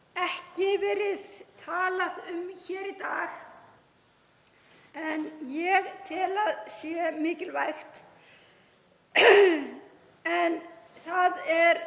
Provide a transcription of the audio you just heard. ekki verið talað um hér í dag en ég tel að sé mikilvægt. Það er